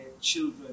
children